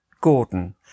Gordon